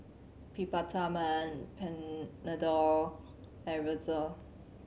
Peptamen Panadol and